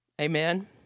amen